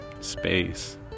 space